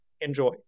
Enjoy